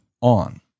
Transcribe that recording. on